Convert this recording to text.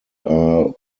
are